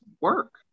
work